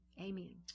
Amen